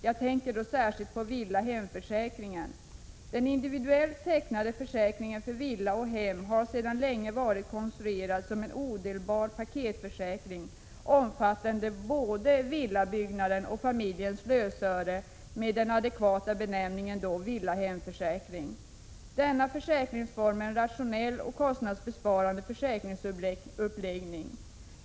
Jag tänker särskilt på villa hem-försäkring. Denna försäkringsform har en rationell och kostnadsbesparande uppläggning.